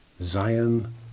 Zion